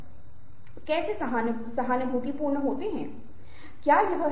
मेरे छात्रों में से एक द्वारा तैयार किया जा रहा है